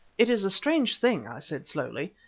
it is a strange thing, i said slowly,